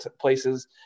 places